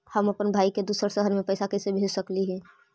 हम अप्पन भाई के दूसर शहर में पैसा कैसे भेज सकली हे?